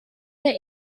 der